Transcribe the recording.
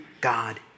God